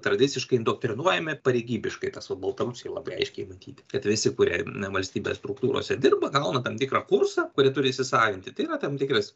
tradiciškai indoktrinuojami pareigybiškai tas va baltarusijoj labai aiškiai matyti kad visi kurie na valstybės struktūrose dirba gauna tam tikrą kursą kurį turi įsisavinti tai yra tam tikras